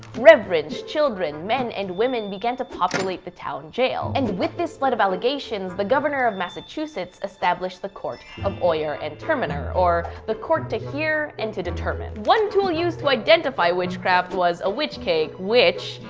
reverends, children, men, and women began to populate the town jail. and with this flood of allegations, the governor of massachusetts established the court um oyer and terminer, or, the court to hear and to determine. one tool used to identify witchcraft was a witch cake which,